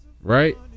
Right